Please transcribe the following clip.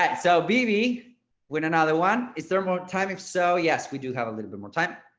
ah so bb win another one. is there more time? if so, yes, we do have a little bit more time.